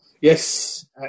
yes